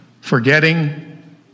forgetting